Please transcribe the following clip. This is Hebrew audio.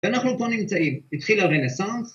ואנחנו פה נמצאים, התחיל הרנסאנס.